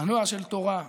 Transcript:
מנוע של תורה,